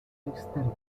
externa